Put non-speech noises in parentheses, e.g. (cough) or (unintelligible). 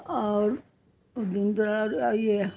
और (unintelligible) ये